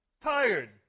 tired